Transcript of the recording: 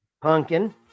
Pumpkin